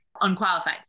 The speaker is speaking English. unqualified